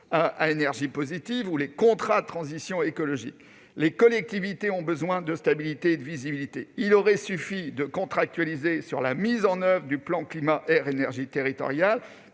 à énergie positive, ou les contrats de transition écologique (CTE). Les collectivités ont besoin de stabilité et de visibilité. Il aurait suffi de contractualiser sur le fondement du plan climat-air-énergie territorial